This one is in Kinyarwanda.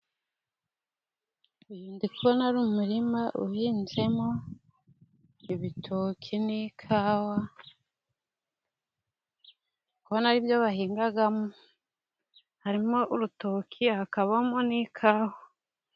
Nzi ko uno ari umurima uhinzemo ibitoki n'ikawa, ndi kubona aribyo bahingamo. Harimo urutoki, hakabamo n'ikawa.